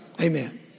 Amen